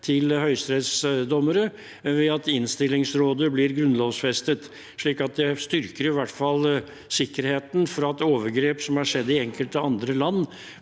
til høyesterettsdommere ved at Innstillingsrådet blir grunnlovfestet. Det styrker i hvert fall sikkerheten for at overgrep som har skjedd i enkelte andre land,